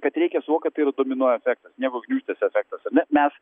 kad reikia suvokt kad tai yra domino efektas sniego griūžtės efektas tuomet mes